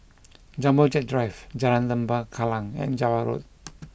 Jumbo Jet Drive Jalan Lembah Kallang and Java Road